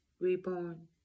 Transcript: reborn